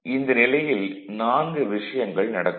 ஆக இந்த நிலையில் நான்கு விஷயங்கள் நடக்கும்